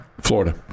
Florida